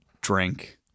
drink